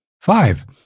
Five